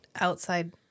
outside